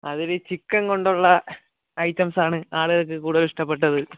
അതിൽ ചിക്കൻ കൊണ്ടുള്ള ഐറ്റംസ് ആണ് ആളുകൾക്ക് കൂടുതൽ ഇഷ്ടപ്പെട്ടത്